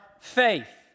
faith